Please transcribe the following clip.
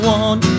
one